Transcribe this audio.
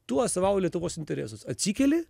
tu atstovauji lietuvos interesus atsikeli